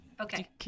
Okay